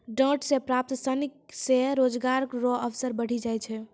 डांट से प्राप्त सन से रोजगार रो अवसर बढ़ी जाय छै